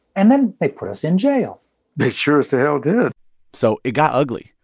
and then they put us in jail they sure as to hell did so it got ugly,